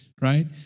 right